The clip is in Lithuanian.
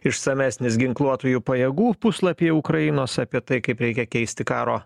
išsamesnis ginkluotųjų pajėgų puslapy ukrainos apie tai kaip reikia keisti karo